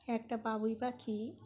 একটা বাবুই পাখি